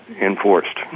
enforced